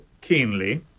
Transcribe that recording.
keenly